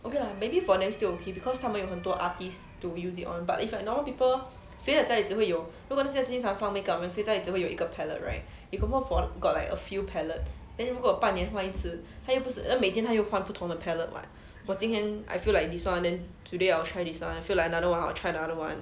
okay lah maybe for them still okay because 他们有很多 artists to use it on but if like normal people 谁的家里只会有如果是那些经常放 make up 的人谁的家里只会有一个 palette right they got like a few palette then 如果半年换一次他又不是每天它又换不同的 palette [what] 我今天 I feel like this [one] then today I will try this [one] I feel like another [one] I will try another [one]